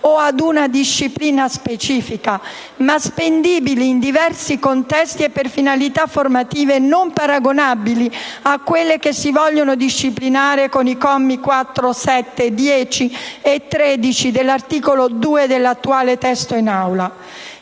o ad una disciplina specifica, ma spendibili in diversi contesti e per finalità formative non paragonabili a quelle che si vogliono disciplinare con i commi 4, 7, 10 e 13 dell'articolo 2 dell'attuale testo in Aula.